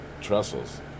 Trestles